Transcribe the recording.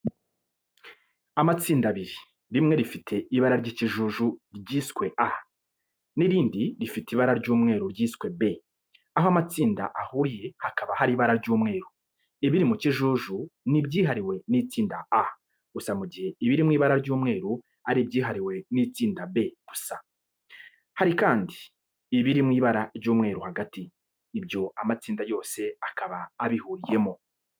Amatsinda abiri, rimwe rifite ibara ry'ikijuju ryiswe A n'irindi rifite ibara ry'umweru ryiswe B. Aho amatsinda ahuriye hakaba hari ibara ry'umweru. Ibiri mu kijuju ni ibyihariwe n'itsinda A gusa mu gihe ibiri mu ibara ry'umweru ari ibyihariwe n'itsinda B gusa. Hari kandi ibiri mu ibara ry'umweru hagati, ibyo amatsinda yose akaba abihuriyeho.